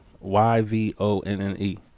Y-V-O-N-N-E